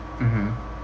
mmhmm